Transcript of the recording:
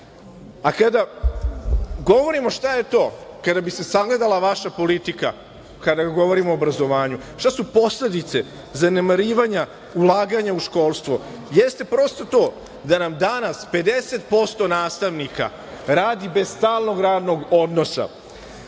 govorimo šta je to, kada bi se sagledala vaša politika kada govorimo o obrazovanju, šta su posledice zanemarivanja ulaganja u školstvo jeste prosto to da nam danas 50% nastavnika radi bez stalnog radnog odnosa,